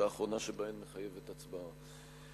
והאחרונה שבהן מחייבת הצבעה.